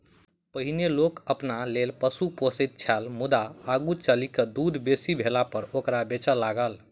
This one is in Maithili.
पहिनै लोक अपना लेल पशु पोसैत छल मुदा आगू चलि क दूध बेसी भेलापर ओकरा बेचय लागल